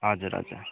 हजुर हजुर